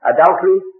Adultery